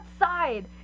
outside